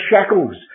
shackles